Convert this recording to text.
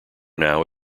now